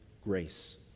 grace